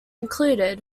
included